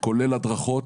כולל הדרכות.